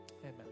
amen